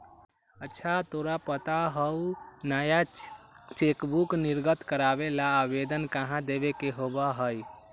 अच्छा तोरा पता हाउ नया चेकबुक निर्गत करावे ला आवेदन कहाँ देवे के होबा हई?